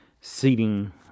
seating